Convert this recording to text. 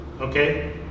Okay